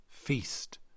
feast